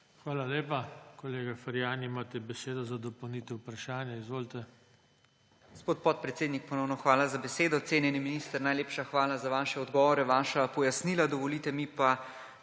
Hvala lepa. Kolega Ferjan, imate besedo za dopolnitev vprašanja. Izvolite.